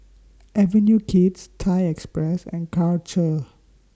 Avenue Kids Thai Express and Karcher